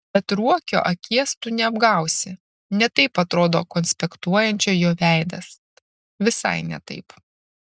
bet ruokio akies tu neapgausi ne taip atrodo konspektuojančio jo veidas visai ne taip